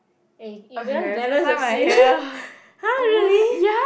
and if we want balance the sweetness !huh! really